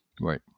Right